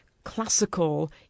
classical